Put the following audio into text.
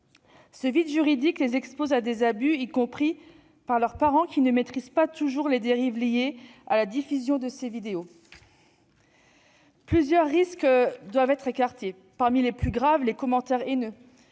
Ce vide juridique les expose à des abus, y compris de la part de leurs parents, qui ne maîtrisent pas toujours les dérives liées à la diffusion de ces vidéos. Plusieurs risques doivent être écartés. Parmi les plus graves figurent les commentaires haineux,